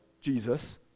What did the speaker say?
Jesus